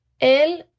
El